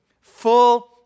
full